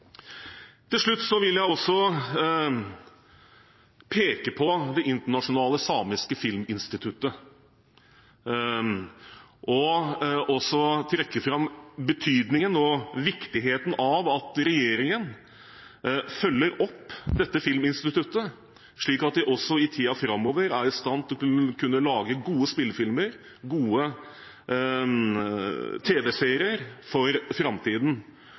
Til slutt vil jeg også peke på det internasjonale samiske filminstituttet og trekke fram betydningen og viktigheten av at regjeringen følger opp dette filminstituttet, slik at de også i tiden framover er i stand til å kunne lage gode spillefilmer, gode tv-serier, for framtiden.